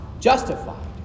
justified